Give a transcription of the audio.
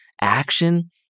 action